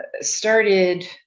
started